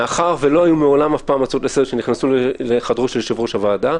מאחר ולא היו מעולם הצעות לסדר שנכנסו לחדרו של יושב-ראש הוועדה,